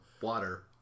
Water